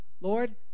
Lord